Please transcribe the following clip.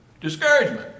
Discouragement